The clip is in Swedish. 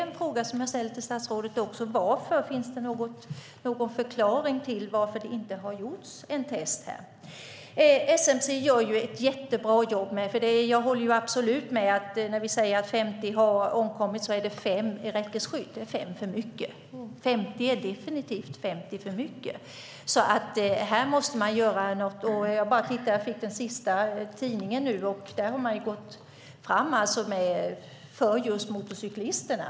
Jag frågar därför statsrådet varför. Finns det någon förklaring varför det inte har gjorts något test här? SMC gör ett jättebra jobb. När vi säger att 50 har omkommit är det 5 som har omkommit i räckesskydd. Det är 5 för mycket. Det håller jag med om. 50 omkomna är definitivt 50 för mycket. Jag fick deras senaste tidning nu. Där har man gått fram just för motorcyklisterna.